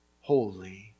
holy